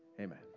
amen